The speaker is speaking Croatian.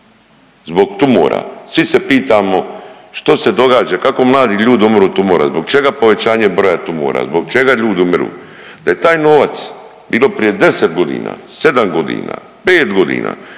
zbog tumora, svi se pitamo što se događa, kako mladi ljudi umru od tumora, zbog čega povećanje broja tumora, zbog čega ljudi umiru. Da je taj novac bilo prije 10.g., 7.g., 5.g., koji